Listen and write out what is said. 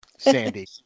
Sandy